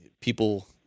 people